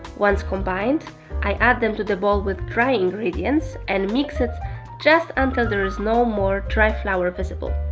once combined i add them to the bowl with dry ingredients and mix it just until there is no more dry flour visible